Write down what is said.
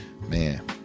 man